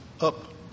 up